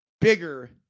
bigger